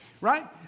right